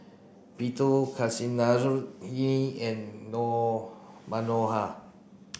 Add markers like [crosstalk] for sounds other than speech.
[unintelligible] Kasinadhuni and [unintelligible] Manohar